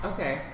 Okay